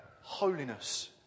holiness